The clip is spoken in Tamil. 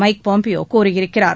மைக் பாம்பியோ கூறியிருக்கிறார்